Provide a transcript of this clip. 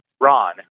Ron